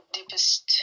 deepest